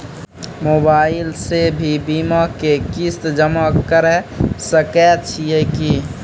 Mobile से भी बीमा के किस्त जमा करै सकैय छियै कि?